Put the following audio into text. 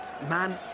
Man